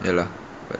ya lor but